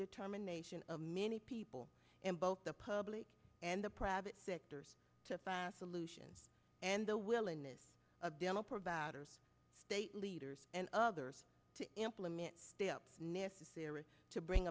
determination of many people in both the public and the private sectors to find a solution and the willingness of dental providers state leaders and others to implement necessary to bring